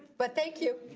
but thank you.